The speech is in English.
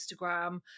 Instagram